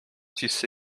sisse